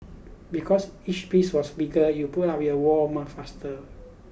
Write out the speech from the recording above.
because each piece was bigger you put up your wall much faster